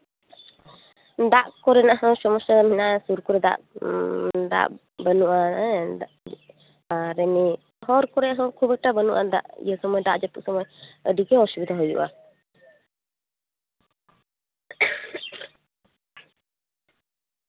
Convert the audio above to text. ᱫᱟᱜ ᱠᱚᱨᱮᱱᱟᱜ ᱦᱚᱸ ᱥᱚᱢᱚᱥᱥᱟ ᱢᱮᱱᱟᱜᱼᱟ ᱥᱩᱨ ᱠᱚᱨᱮ ᱫᱟᱜ ᱠᱚ ᱫᱟᱜ ᱵᱟᱱᱩᱜᱼᱟ ᱦᱮᱸ ᱟᱨ ᱮᱢᱱᱤ ᱦᱚᱨ ᱠᱚᱨᱮ ᱦᱚᱸ ᱠᱷᱩᱵ ᱮᱠᱴᱟ ᱵᱟᱱᱩᱜᱼᱟ ᱫᱟᱜ ᱤᱭᱟᱹ ᱥᱚᱢᱚᱭ ᱫᱟᱜ ᱡᱟᱯᱩᱫ ᱥᱚᱢᱚᱭ ᱟᱹᱰᱤᱜᱮ ᱚᱥᱩᱵᱤᱫᱟ ᱦᱩᱭᱩᱜᱼᱟ